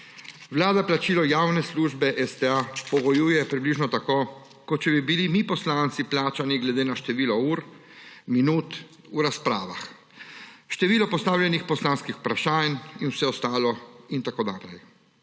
Vlada plačilo javne službe STA pogojuje približno tako, kot če bi bili mi poslanci plačani glede na število ur, minut, v razpravah, število postavljenih poslanskih vprašanj in vse ostalo, in tako naprej.